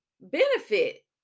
benefit